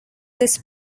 this